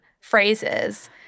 phrases